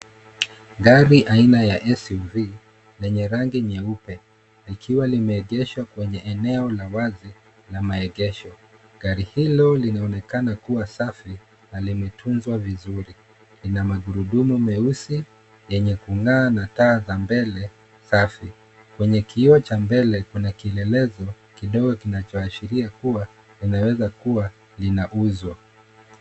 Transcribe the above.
Gari aina ya SUV lenye rangi nyeupe likiwa limeegeshwa kwenye eneo la wazi na maegesho. Gari hilo linaonekana kuwa safi na limetunzwa vizuri. Ina magurudumu meusi yenye kung'aa na taa za mbele safi. Kwenye kioo cha mbele kuna kielelezo kidogo kinachoashiria kuwa kinaweza kuwa linauzwa.